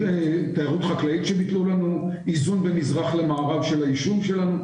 תיירות חקלאית שייתן לנו איזון בין מזרח למערב של היישוב שלנו.